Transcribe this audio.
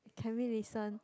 can we listen